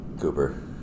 Cooper